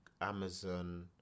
Amazon